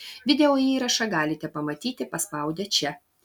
video įrašą galite pamatyti paspaudę čia